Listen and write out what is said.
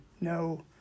no